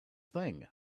thing